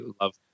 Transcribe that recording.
love